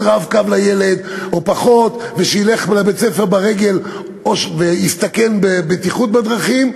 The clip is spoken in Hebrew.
"רב-קו" לילד או שילך לבית-ספר ברגל ויסתכן בדרכים,